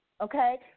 Okay